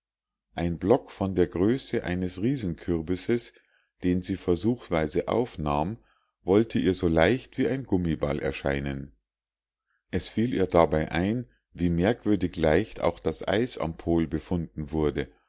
ein block von der größe eines riesenkürbisses den sie versuchsweise aufnahm wollte ihr so leicht wie ein gummiball erscheinen es fiel ihr dabei ein wie merkwürdig leicht auch das eis am pol befunden wurde